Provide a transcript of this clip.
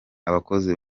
abakozi